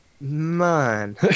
man